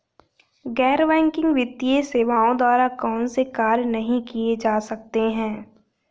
गैर बैंकिंग वित्तीय सेवाओं द्वारा कौनसे कार्य नहीं किए जा सकते हैं?